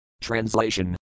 TRANSLATION